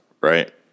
right